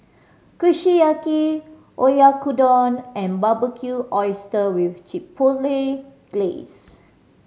Kushiyaki Oyakodon and Barbecue Oyster with Chipotle Glaze